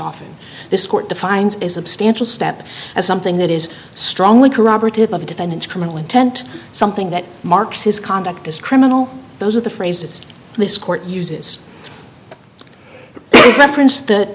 often this court defines a substantial step as something that is strongly corroborative of defendant's criminal intent something that marks his conduct as criminal those are the phrases this court uses reference